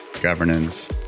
governance